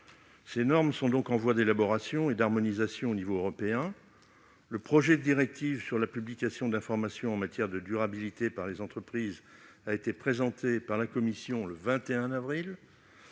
de prévoir sont en voie d'élaboration et d'harmonisation à l'échelon européen. Le projet de directive sur la publication d'informations en matière de durabilité par les entreprises a été présenté par la Commission européenne